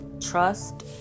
Trust